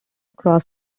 across